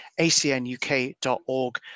acnuk.org